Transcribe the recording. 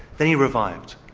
then he revived,